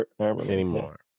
anymore